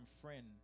friend